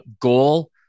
goal